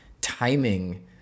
timing